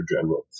general